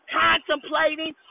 contemplating